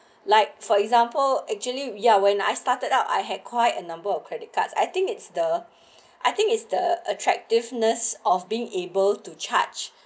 like for example actually ya when I started out I had quite a number of credit cards I think it's the I think is the attractiveness of being able to charge